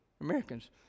Americans